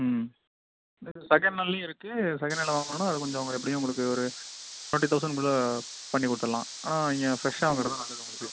ம் செகணென்ட்லேயும் இருக்குது செக்கனன்டில் வாங்கினோம்னா அது கொஞ்சம் எப்படியும் உங்களுக்கு ஒரு ஃபார்ட்டி தௌசண்ட் குள்ளே பண்ணி கொடுத்துர்றலாம் ஆனால் நீங்கள் ஃப்ரெஷ்ஷாக வாங்கிறது தான் நல்லது உங்களுக்கு